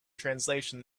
translation